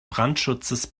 brandschutzes